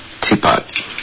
Teapot